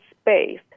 space